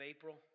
April